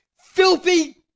filthy